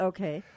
Okay